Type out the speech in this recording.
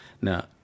Now